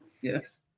Yes